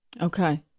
Okay